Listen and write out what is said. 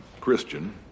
Christian